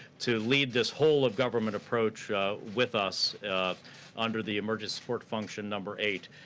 to lead this whole of government approach with us under the emergent support function number eight.